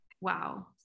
Wow